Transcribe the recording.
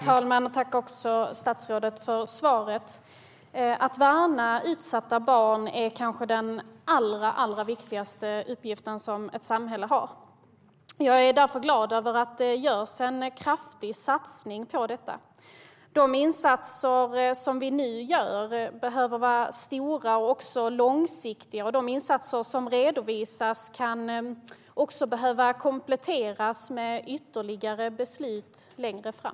Herr talman! Tack, statsrådet, för svaret! Att värna utsatta barn är kanske den allra viktigaste uppgiften ett samhälle har. Jag är därför glad över att det görs en kraftig satsning. De insatser som nu görs behöver vara både stora och långsiktiga. De insatser som redovisas kan också behöva kompletteras med ytterligare beslut längre fram.